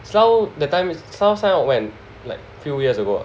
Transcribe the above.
Slau that time is Slau sign up when like few years ago